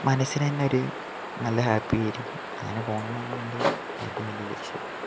മനസ്സിന് തന്നൊരു നല്ല ഹാപ്പിയായിരിക്കും അങ്ങനെ പോകണം എന്നാണ് എൻ്റെ ഏറ്റവും വലിയ ലക്ഷ്യം